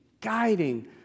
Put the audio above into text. guiding